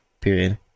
period